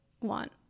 want